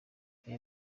uyu